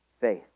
faith